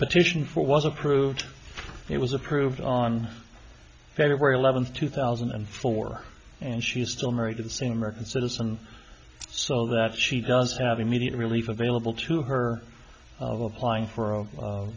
petition for was approved it was approved on feb eleventh two thousand and four and she is still married to the same american citizen so that she does have immediate relief available to her of applying for a